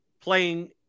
playing